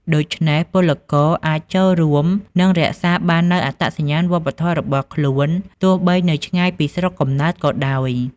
ដូច្នេះពលករអាចចូលរួម និងរក្សាបាននូវអត្តសញ្ញាណវប្បធម៌របស់ខ្លួន ទោះបីនៅឆ្ងាយពីស្រុកកំណើតក៏ដោយ ។